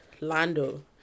Lando